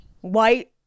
white